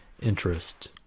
interest